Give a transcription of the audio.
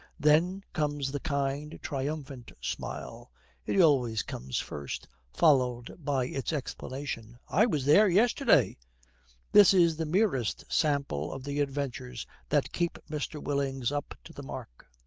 then comes the kind, triumphant smile it always comes first, followed by its explanation, i was there yesterday this is the merest sample of the adventures that keep mr. willings up to the mark.